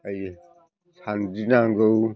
सान्द्रि नांगौ